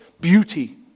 beauty